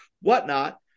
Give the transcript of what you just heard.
whatnot